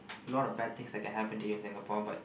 a lot of bad things that can happen to you in Singapore but